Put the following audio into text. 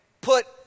put